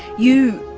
you,